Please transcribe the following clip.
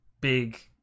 big